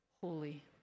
holy